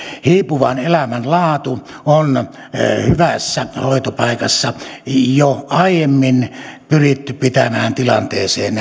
hiipuvan elämän laatu on hyvässä hoitopaikassa jo aiemmin pyritty pitämään tilanteeseen